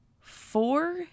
four